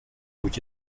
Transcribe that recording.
moet